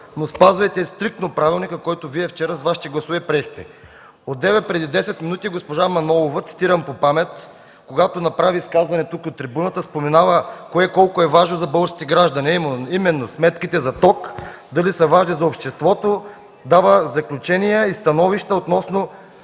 но спазвайте стриктно правилника, който вчера приехте с Вашите гласове. Одеве, преди 10 минути, госпожа Манолова, цитирам по памет, когато направи изказване тук, от трибуната, спомена кое колко е важно за българските граждани, а именно – сметките за ток дали са важни за обществото, дава заключения и становища относно